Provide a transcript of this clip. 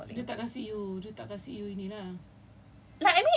if you are apa namanya I lost my train of thoughts already ayah keeps calling